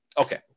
Okay